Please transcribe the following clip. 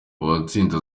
uwatsinze